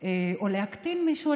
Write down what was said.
או להקטין מישהו,